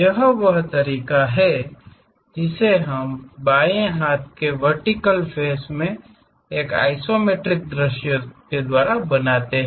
यह वह तरीका है जिससे हम बाएं हाथ के वर्टिकल फ़ेस में एक आइसोमेट्रिक दृश्य बनाते हैं